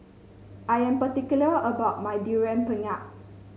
I am particular about my Durian Pengat